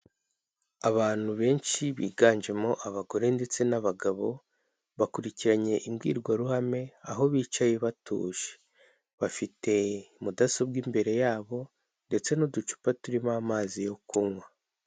Abantu benshi biganjemo abagore ndetse n'abagabo, bakurikiranye imbwirwaruhame aho bicaye batuje bafite mudasobwa imbere yabo ndetse n'uducupa turimo amazi yo kunywa.